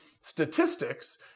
statistics